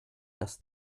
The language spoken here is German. dass